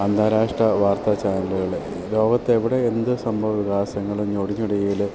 അന്താരാഷ്ട്ര വാർത്താ ചാനലുകൾ ലോകത്ത് എവിടെ എന്ത് സംഭവ വികാസങ്ങളും ഞൊടിയിടയിൽ